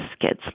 kids